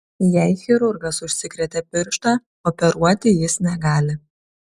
jei chirurgas užsikrėtė pirštą operuoti jis negali